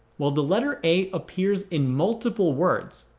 well the letter a appears in multiple words,